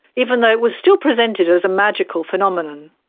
even though it was still presented as a magical phenomenon.